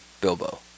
Bilbo